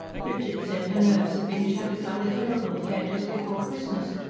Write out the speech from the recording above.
richard said her nerves had been shattered by the terrible affair just before christmas,